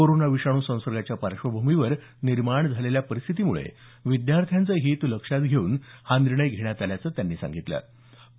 corona विषाणू संसर्गाच्या पार्श्वभूमीवर निर्माण झालेल्या परिस्थितीमुळे विद्यार्थ्यांचं हित लक्षात घेऊन हा निर्णय घेण्यात आल्याचं त्यांनी म्हटलं आहे